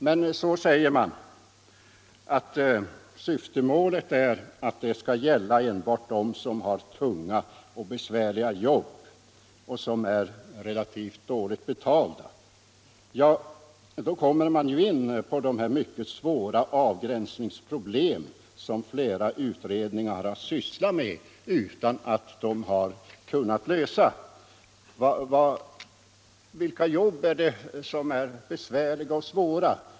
Motionärerna säger emellertid att syftet är att detta endast skall gälla dem som har tunga, besvärliga och relativt dåligt betalda jobb. Men då kommer man in på det mycket svåra avgränsningsproblem som flera utredningar har sysslat med utan att kunna lösa, nämligen vilka jobb det är som kan betraktas som besvärliga och svåra.